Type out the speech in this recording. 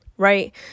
Right